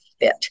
fit